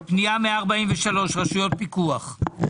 1 פנייה מס' 42-005 אושרה.